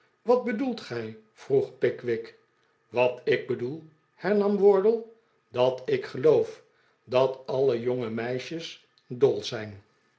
wat bedoelt gij vroeg pickwick wat ik bedoel hernam wardle dat ik geloof dat alle jonge meisjes dol zijn